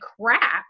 crap